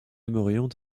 aimerions